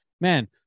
Man